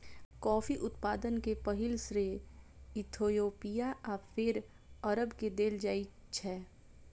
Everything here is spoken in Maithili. कॉफी उत्पादन के पहिल श्रेय इथियोपिया आ फेर अरब के देल जाइ छै